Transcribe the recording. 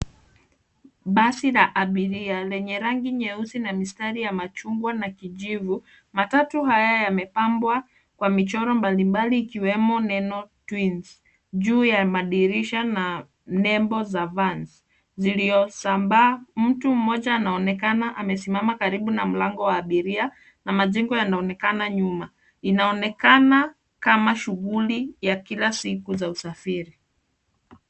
Basi la abiria lenye rangi nyeusi na mistari ya machungwa na kijivu. Matatu haya yamepambwa kwa michoro mbalimbali ikiwemo neno twins juu ya madirisha na nembo za vans ziliosambaa. Mtu mmoja anaonekana amesimama karibu na mlango ya abiria na majengo yanaonekana nyuma. Inaonekana kama shughuli ya kila siku za usafiri.